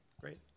great